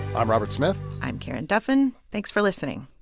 i'm robert smith i'm karen duffin. thanks for listening